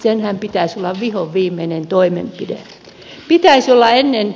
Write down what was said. senhän pitäisi olla vihoviimeinen toimenpide